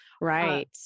Right